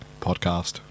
Podcast